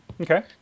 Okay